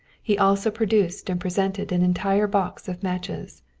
he also produced and presented an entire box of matches.